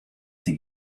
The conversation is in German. sie